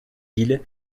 îles